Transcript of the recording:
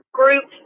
group